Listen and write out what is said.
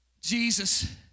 Jesus